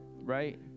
right